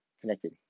connected